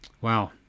Wow